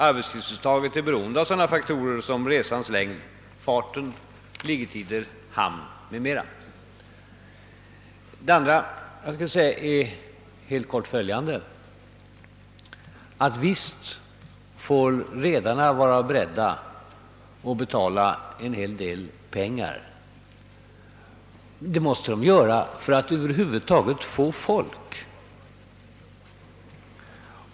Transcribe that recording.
Arbetstidsuttaget är beroende av sådana faktorer som resans längd, farten, liggetider, hamn m.m. För det andra får redarna visst vara beredda att betala en hel del pengar för att över huvud taget få folk.